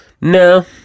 no